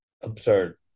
Absurd